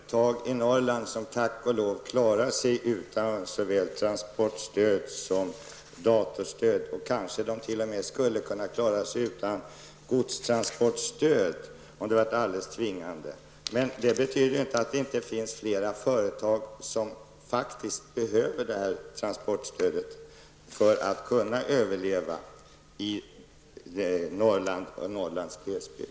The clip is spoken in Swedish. Herr talman! Visst finns det tack och lov företag i Norrland som klarar sig utan såväl transportstöd som datastöd. Kanske de t.o.m. skulle klara sig utan godstransportstöd, om de varit tvingade. Men detta betyder inte att det inte finns flera företag som faktiskt behöver detta transportstöd för att kunna överleva i Norrland och dess glesbygd.